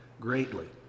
greatly